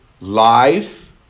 life